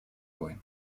войн